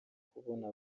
kubona